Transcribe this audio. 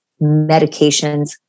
medications